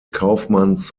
kaufmanns